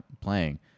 playing